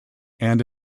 and